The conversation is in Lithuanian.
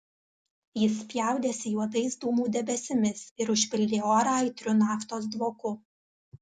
jis spjaudėsi juodais dūmų debesimis ir užpildė orą aitriu naftos dvoku